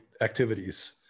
activities